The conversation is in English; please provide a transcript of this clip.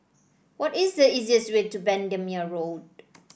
what is the easiest way to Bendemeer Road